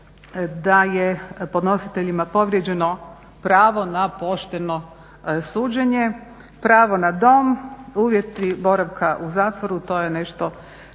da je podnositeljima povrijeđeno pravo na pošteno suđenje, pravo na dom, uvjeti boravka u zatvoru. To je nešto